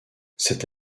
c’est